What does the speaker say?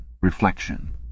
Reflection